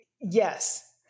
Yes